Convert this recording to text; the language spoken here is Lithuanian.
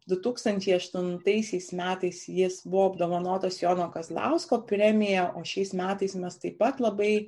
du tūkstančiai aštuntaisiais metais jis buvo apdovanotas jono kazlausko premija o šiais metais mes taip pat labai